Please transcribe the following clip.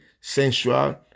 sensual